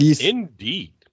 Indeed